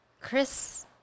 chris